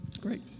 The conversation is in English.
Great